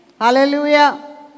Hallelujah